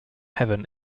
heaven